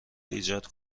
ایجاد